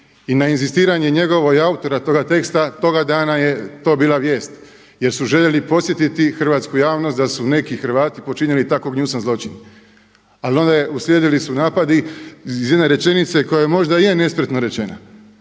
I na inzistiranje njegovo i autora toga teksta toga dana je to bila vijest jer su željeli podsjetiti hrvatsku javnost da su neki Hrvati počinili tako gnjusan zločin. Ali onda su uslijedili napadi iz jedne rečenice koja možda je nespretno rečena